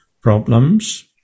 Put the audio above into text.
problems